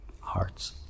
hearts